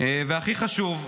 והכי חשוב,